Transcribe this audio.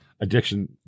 Addiction